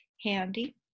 handy